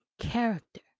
character